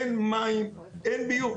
אין מים, אין ביוב.